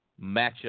matchup